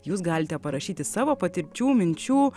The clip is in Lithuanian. jūs galite parašyti savo patirčių minčių